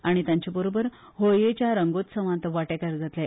आनी तांचे बरोबर होळयेच्या रंगोत्सवात वाटेकार जातले